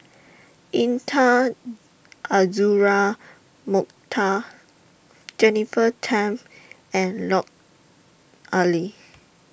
Intan Azura Mokhtar Jennifer Tham and Lut Ali